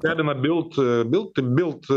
keliame bilt bilt bilt